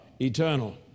eternal